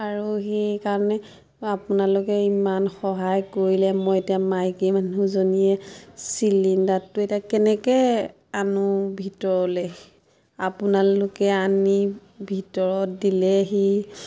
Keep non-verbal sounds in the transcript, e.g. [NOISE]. [UNINTELLIGIBLE] কাৰণে আপোনালোকে ইমান সহায় কৰিলে মই এতিয়া মাইকী মানুহজনীয়ে চিলিণ্ডাৰটো এতিয়া কেনেকে আনো ভিতৰলে আপোনালোকে আনি ভিতৰত দিলেহি